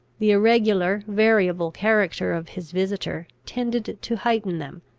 the irregular, variable character of his visitor tended to heighten them,